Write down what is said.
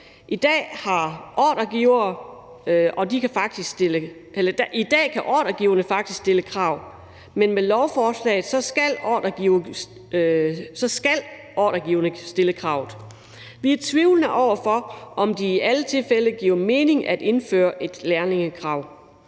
I dag kan ordregiverne faktisk stille kravet, men med lovforslaget skal ordregiverne stille kravet. Vi er tvivlende over for, om det i alle tilfælde giver mening at indføre et lærlingekrav.